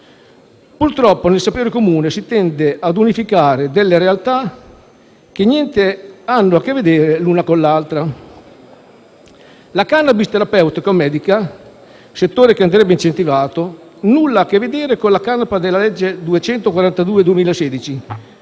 Purtroppo, nel sapere comune, si tende ad unificare delle realtà che niente hanno a che vedere l'una con l'altra. La *cannabis* terapeutica o medica - settore che andrebbe incentivato - nulla ha a che vedere con la canapa della legge n.